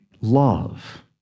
love